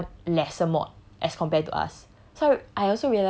that means he's gonna take one lesser mod as compared to us